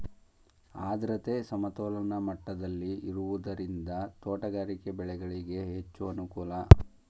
ಆದ್ರತೆ ಸಮತೋಲನ ಮಟ್ಟದಲ್ಲಿ ಇರುವುದರಿಂದ ತೋಟಗಾರಿಕೆ ಬೆಳೆಗಳಿಗೆ ಹೆಚ್ಚು ಅನುಕೂಲ